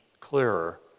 clearer